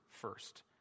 first